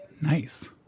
Nice